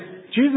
Jesus